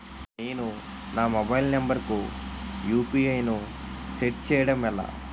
నేను నా mobile number కుయు.పి.ఐ ను సెట్ చేయడం ఎలా?